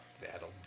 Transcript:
that'll